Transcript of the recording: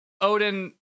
Odin